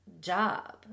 job